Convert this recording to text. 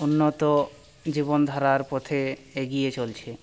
উন্নত জীবন ধারার পথে এগিয়ে চলছে